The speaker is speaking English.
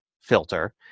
filter